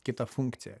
kita funkcija